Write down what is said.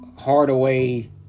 Hardaway